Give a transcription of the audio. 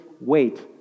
wait